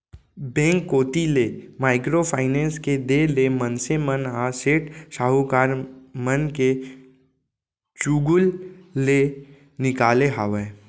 bank कोती ले micro finance के देय ले मनसे मन ह सेठ साहूकार मन के चुगूल ले निकाले हावय